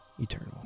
Eternal